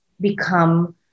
become